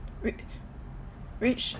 wh~ which